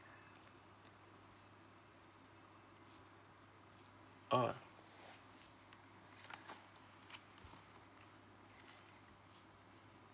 uh